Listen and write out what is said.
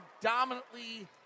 predominantly